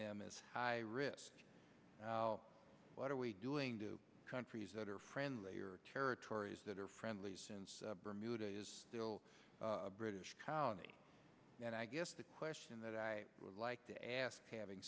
them as high risk now what are we doing to countries that are friendlier territories that are friendly since bermuda is still a british colony and i guess the question that i would like to ask having